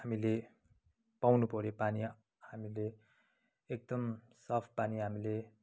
हामीले पाउनु पऱ्यो पानी हामीले एकदम साफ पानी हामीले